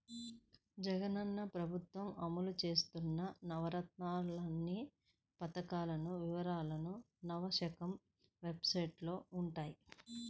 జగనన్న ప్రభుత్వం అమలు చేత్తన్న నవరత్నాలనే పథకాల వివరాలు నవశకం వెబ్సైట్లో వుంటయ్యి